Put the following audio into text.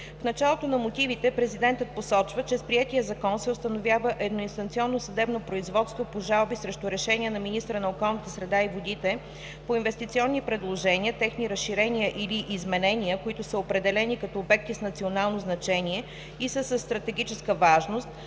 В началото на мотивите президентът посочва, че с приетия Закон се установява едноинстанционно съдебно производство по жалби срещу решения на министъра на околната среда и водите по инвестиционни предложения, техни разширения или изменения, които са определени като обекти с национално значение и са със стратегическа важност,